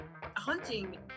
Hunting